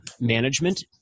management